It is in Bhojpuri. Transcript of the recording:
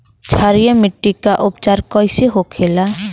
क्षारीय मिट्टी का उपचार कैसे होखे ला?